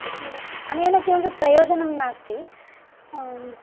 अनेन किमपि प्रयोजनं नास्ति